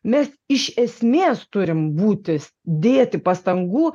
mes iš esmės turim būti dėti pastangų